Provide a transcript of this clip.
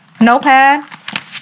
notepad